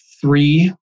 three